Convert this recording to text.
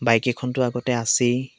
bike এখনতো আগতে আছেই